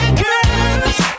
girls